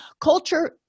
Culture